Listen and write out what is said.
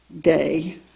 day